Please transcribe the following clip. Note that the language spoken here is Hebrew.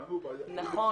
באנו ו- -- היה.